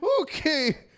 Okay